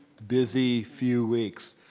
busy few weeks.